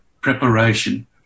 preparation